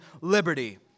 liberty